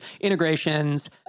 Integrations